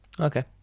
Okay